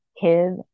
kid